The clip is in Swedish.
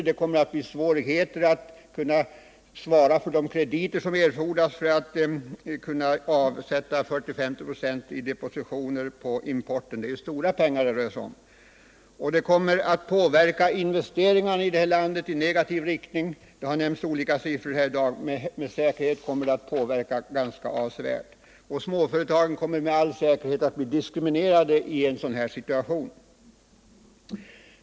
Det kommer att bli svårigheter att svara för de krediter som erfordras för att man skall kunna avsätta 40-50 26 i depositioner på importen. Det är ju stora pengar det rör sig om. Det kommer också att påverka investeringarna i landet i negativ riktning. Olika siffror har nämnts här i dag, men med säkerhet kommer det att ha en avsevärd påverkan. Småföretagen kommer med all säkerhet att bli diskriminerade i en sådan här situation.